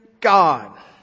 God